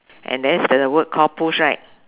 and there's the word called push right